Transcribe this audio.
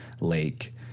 lake